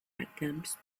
attempt